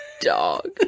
dog